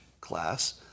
class